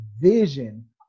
vision